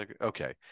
Okay